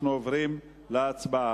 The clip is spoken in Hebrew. אנחנו עוברים להצבעה.